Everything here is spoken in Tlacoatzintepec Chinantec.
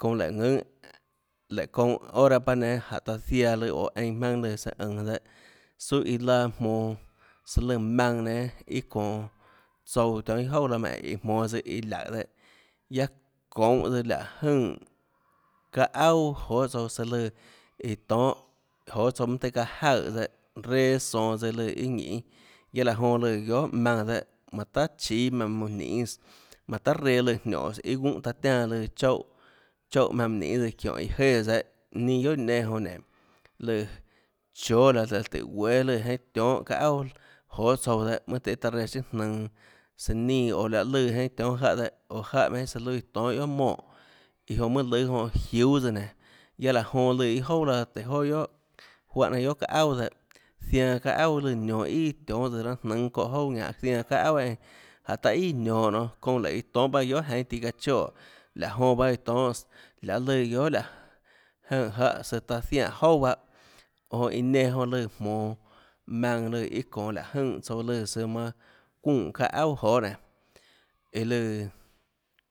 Çounã léhå ðùnâ léhå çounã hora paâ nénâ jánhå taã ziaã lùã einã jmaønâ lùã søã ønå dehâ suâ iã laã jmonå søã lùnã jmaønã nénâ çonå tsouã tionhâ iâ jouà laã menèiã jmonå tsøã iã laùhå dehâ guiaâ çounhå tsøã láhå jønè çaâ auà joê tsouã søã lùã iã tonhâ joê tsouã mønâ tøhê çaã jaøè dehâ reã sonå tsøã iâ lùã iâ ñinê guiaâ laå jonã lùã guiohà maønã dehâ manã tahà chíâ maùnã mønã ninês manã tahà reã lùã niónhås guúnhã taã tiánã lùã choúhã choúhã maùnã mønâ ninês çiónhå iã jéãs dehâ ninâ guiohà iã nenã jonã nénå lùã chóâ láhå tùhå guéâ lùã tionhâ çaâ auà johê tsouã dehâ guiaâ taã reã siâ nønå søã nínã oå láhã lùã jeinhâ tionhâ jáhã dehâ oå jáhã søã lùã iâ tonhâ guiohà monè dehâ iå jonã mønâ lùâ jonã jiúâ tsøã nénå guiaâ laã jonã lùã iâ jouà laã tùhå joà guiohà juáhã jnanhà guiohà çaâ auà dehâ zianã çaâ auà lùã nionå ià tionhâ raâ nùnâ çóhã jouà ñánhå zianã çauâ auà jánhå taã ià nionå nonê çounã léhå iã tonhâ paâ guiohà jeinhâ tiã choè joã baâ iã tonhâs lùã guiohà láhå jønè jáhã søã taã zianè jouà pahâ jonã iã nenã jonã lùã jmonå maønã iã lùã iâ çonå láhå jønè tsouâ lùã søã manã çuunè çaâ auà joâå nénå iã lùã